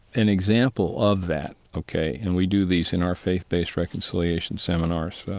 an example of that, ok and we do these in our faith-based reconciliation seminars,